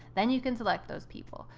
then you can select those people.